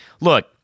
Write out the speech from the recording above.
look